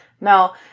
no